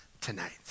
tonight